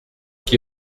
qui